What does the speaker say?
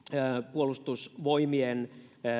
puolustusvoimien